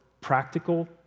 practical